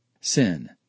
Sin